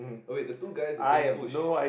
okay the two guys is a same push